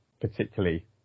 particularly